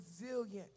resilient